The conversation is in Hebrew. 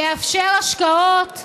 יאפשר השקעות,